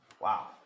Wow